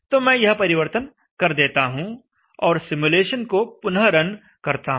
तो मैं यह परिवर्तन कर देता हूं और सिमुलेशन को पुनः रन करता हूं